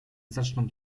zaczną